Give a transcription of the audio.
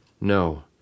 No